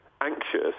anxious